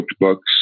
books